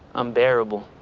unbearable.